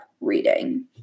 reading